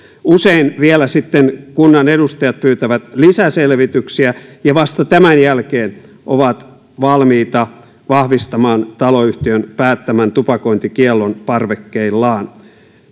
usein sitten vielä kunnan edustajat pyytävät lisäselvityksiä ja vasta tämän jälkeen ovat valmiita vahvistamaan taloyhtiön päättämän tupakointikiellon parvekkeillaan